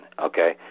okay